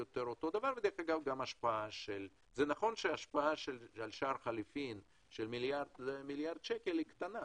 זה נכון שהשפעה על שער החליפין של מיליארד שקל היא קטנה,